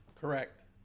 Correct